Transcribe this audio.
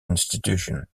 institution